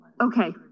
okay